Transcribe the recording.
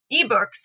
eBooks